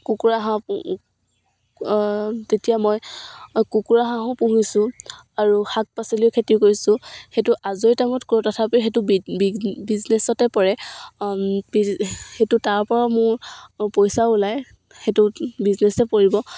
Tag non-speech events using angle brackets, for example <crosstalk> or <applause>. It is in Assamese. কুকুৰা হাঁহ পু তেতিয়া মই কুকুৰা হাঁহো পুহিছোঁ আৰু শাক পাচলিও খেতি কৰিছোঁ সেইটো আজৰি টাইমত কৰোঁ তথাপিও সেইটো বিজনেচতে পৰে <unintelligible> সেইটো তাৰ পৰাও মোৰ পইচা ওলাই সেইটো বিজনেচে পৰিব